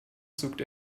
zuckt